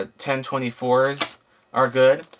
ah ten twenty four s are good.